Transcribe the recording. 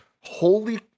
holy